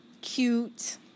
Cute